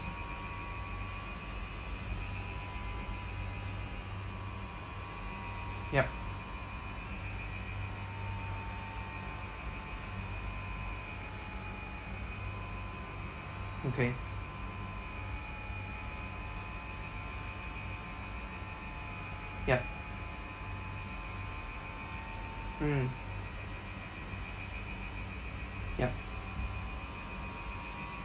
ya okay ya mm ya